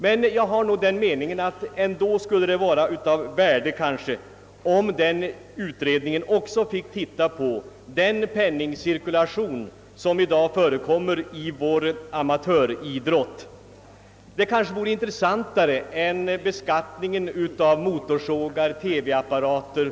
Jag har emellertid den meningen att det kunde vara av värde om idrottsutredningen också finge något granska den penningcirkulation som i dag förekommer inom vår amatöridrott. Denna frågeställning kanske är intressantare än exempelvis beskattningen av motorsågar och TV apparater.